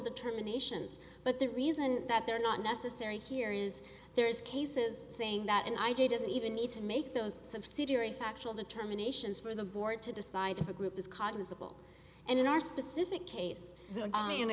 determinations but the reason that they're not necessary here is there is cases saying that and i didn't even need to make those subsidiary factual determinations for the board to decide if a group is cognizable and in our specific case an